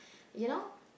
you know